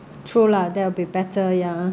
true lah that will be better ya